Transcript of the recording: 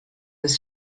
his